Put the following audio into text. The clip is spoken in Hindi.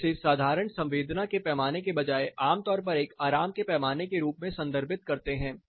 हम इसे साधारण संवेदना के पैमाने के बजाय आमतौर पर एक आराम के पैमाने के रूप में संदर्भित करते हैं